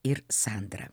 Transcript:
ir sandra